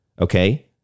okay